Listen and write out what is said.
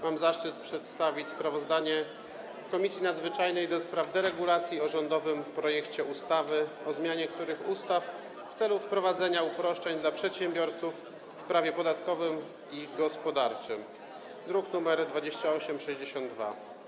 Mam zaszczyt przedstawić sprawozdanie Komisji Nadzwyczajnej do spraw deregulacji o rządowym projekcie ustawy o zmianie niektórych ustaw w celu wprowadzenia uproszczeń dla przedsiębiorców w prawie podatkowym i gospodarczym, druk nr 2862.